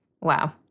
Wow